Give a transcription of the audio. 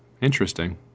Interesting